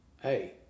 Hey